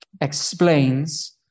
explains